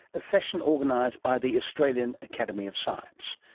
a session organised by the australian academy of science.